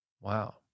Wow